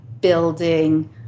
building